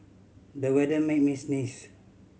the weather made me sneeze